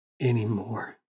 anymore